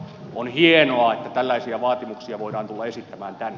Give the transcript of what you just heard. on hienoa että tällaisia vaatimuksia voidaan tulla esittämään tänne